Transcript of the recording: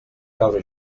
causa